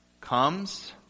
comes